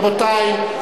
רבותי,